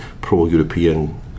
pro-European